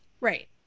Right